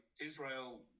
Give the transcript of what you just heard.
Israel